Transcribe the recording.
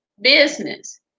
business